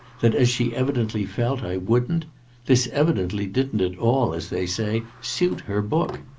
that, as she evidently felt, i wouldn't this evidently didn't at all, as they say, suit her book.